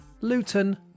Luton